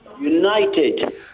United